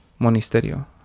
Monasterio